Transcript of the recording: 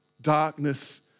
Darkness